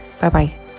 Bye-bye